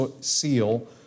seal